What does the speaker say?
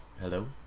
Hello